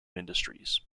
industries